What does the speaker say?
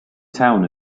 town